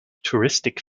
touristic